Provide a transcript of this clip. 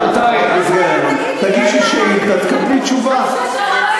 חברת הכנסת גלאון, תגישי שאילתה, תקבלי תשובה.